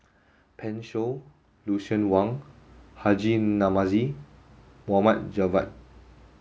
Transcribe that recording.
Pan Shou Lucien Wang Haji Namazie Mohd Javad